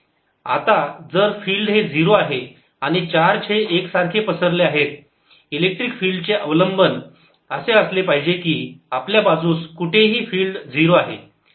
आता जर फिल्ड हे 0 आहे आणि चार्ज हे एक सारखे पसरले आहे इलेक्ट्रिक फिल्ड चे अवलंबन असे असले पाहिजे की आतल्या बाजूस कुठेही फिल्ड 0 आहे